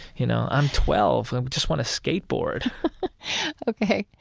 you know, i'm twelve. i just want to skateboard ok.